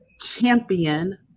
champion